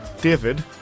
David